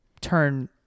turn